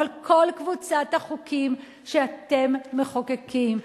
אבל כל קבוצת החוקים שאתם מחוקקים,